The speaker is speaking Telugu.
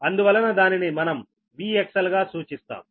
అందువలన దానిని మనం VXL గా సూచిస్తాం